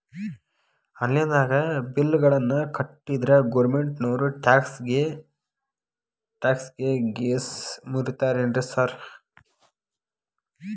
Online ದಾಗ bill ಗಳನ್ನಾ ಕಟ್ಟದ್ರೆ ಗೋರ್ಮೆಂಟಿನೋರ್ ಟ್ಯಾಕ್ಸ್ ಗೇಸ್ ಮುರೇತಾರೆನ್ರಿ ಸಾರ್?